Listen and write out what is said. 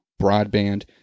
broadband